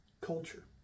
culture